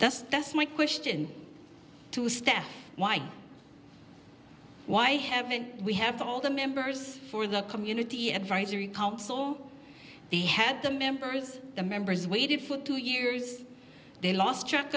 that's just my question to steph why why haven't we have all the members for the community advisory council they had the members the members waited for two years they lost track